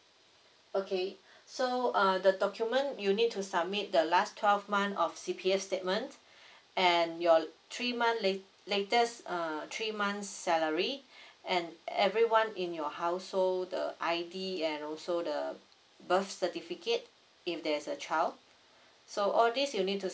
okay so uh the document you need to submit the last twelve month of C_P_F statement and your three months late~ latest err three months salary and everyone in your household the I_D and also the birth certificate if there's a child so all this you need to